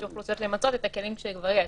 של אוכלוסיות למצות את הכלים שכבר יש.